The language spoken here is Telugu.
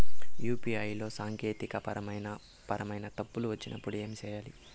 యు.పి.ఐ లో సాంకేతికపరమైన పరమైన తప్పులు వచ్చినప్పుడు ఏమి సేయాలి